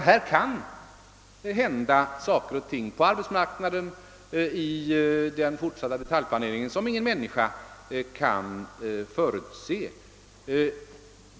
Här kan hända saker på arbetsmarknaden och vid den fortsatta detaljplaneringen som ingen människa kan förutse.